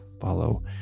follow